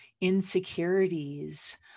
insecurities